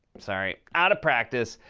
sorry. out of practice.